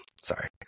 sorry